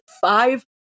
five